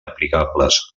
aplicables